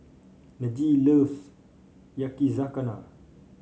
Najee loves Yakizakana